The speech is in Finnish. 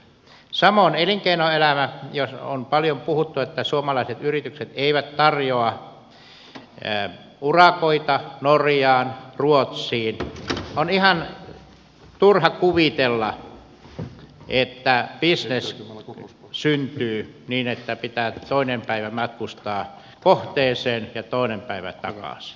samoin elinkeinoelämän osalta on paljon puhuttu että suomalaiset yritykset eivät tarjoa urakoita norjaan ruotsiin on ihan turha kuvitella että bisnes syntyy niin että pitää toinen päivä matkustaa kohteeseen ja toinen päivä takaisin